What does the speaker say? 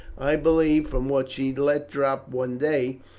i believe, from what she let drop one day,